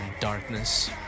darkness